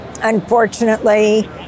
unfortunately